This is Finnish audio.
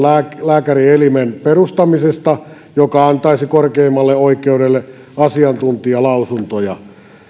lääkäri elimen perustamisesta joka antaisi korkeimmalle oikeudelle asiantuntijalausuntoja tämän